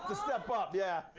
step up, yeah.